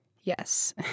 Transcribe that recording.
Yes